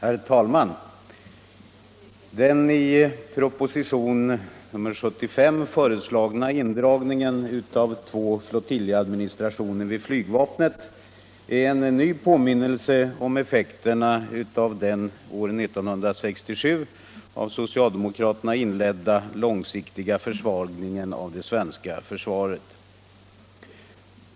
Herr talman! Den i propositionen 75 föreslagna indragningen av två flottiljadministrationer vid flygvapnet är en ny påminnelse om effekten av den år 1967 av socialdemokraterna inledda försvagningen av det svenska försvaret.